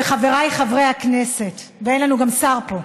וחבריי חברי הכנסת, ואין לנו גם שר פה.